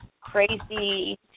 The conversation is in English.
crazy